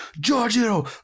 Giorgio